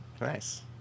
Nice